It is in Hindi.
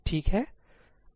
ठीक है